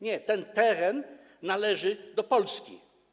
Nie, ten teren należy do Polski.